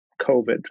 COVID